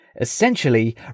Essentially